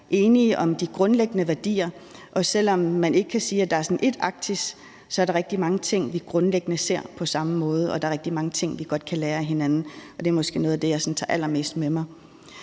enige om de grundlæggende værdier. Og selv om man ikke kan sige, at der er sådan ét Arktis, er der rigtig mange ting, vi grundlæggende ser på samme måde, og der er rigtig mange ting, vi godt kan lære af hinanden. Det er måske noget af det, jeg sådan tager allermest med mig.